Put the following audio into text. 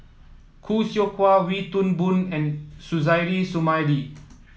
Khoo Seow Hwa Wee Toon Boon and Suzairhe Sumari